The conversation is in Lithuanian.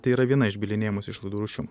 tai yra viena iš bylinėjimosi išlaidų rūšių